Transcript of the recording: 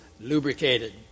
lubricated